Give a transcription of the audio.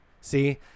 see